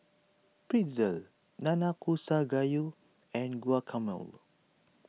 Pretzel Nanakusa Gayu and Guacamole